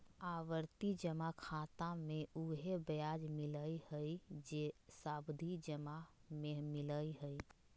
आवर्ती जमा खाता मे उहे ब्याज मिलय हइ जे सावधि जमा में मिलय हइ